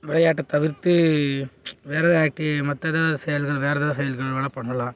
விளையாட்டை தவிர்த்து வேறு எதாவது ஆக்டி மற்றதா செயல்கள் வேறு எதாவது செயல்கள் வேணால் பண்ணலாம்